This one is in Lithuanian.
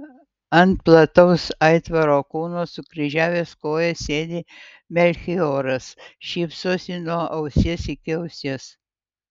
ant plataus aitvaro kūno sukryžiavęs kojas sėdi melchioras šypsosi nuo ausies iki ausies